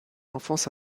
enfance